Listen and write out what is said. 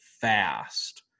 fast